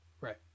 right